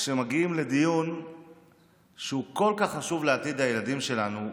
כשמגיעים לדיון שהוא כל כך חשוב לעתיד הילדים שלנו,